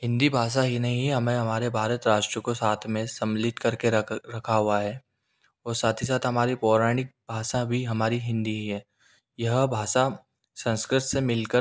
हिन्दी भाषा ही ने ही हमें हमारे भारत राष्ट्र को साथ में सम्मिलित कर के रख रखा हुआ है और साथ ही साथ हमारी पौराणिक भाषा भी हमारी हिन्दी ही है यह भाषा संस्कृत से मिल कर